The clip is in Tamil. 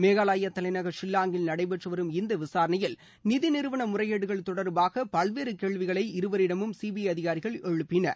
மேகாலயா தலைநகர் ஷில்லாங்கில் நடைபெற்றுவரும் இந்த விசாரனையில் நிதி நிறுவன முறைகேடுகள் தொடர்பாக பல்வேறு கேள்விகளை இருவரிடமும் சிபிஐ அதிகாரிகள் எழுப்பினர்